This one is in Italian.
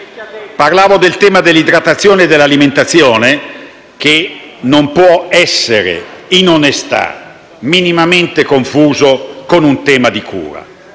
Parlavo del tema dell'idratazione e dell'alimentazione, che non può essere, in onestà, minimamente confuso con un tema di cura.